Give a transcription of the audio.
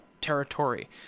territory